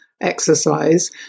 exercise